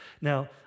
Now